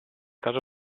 caso